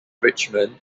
richmond